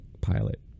pilot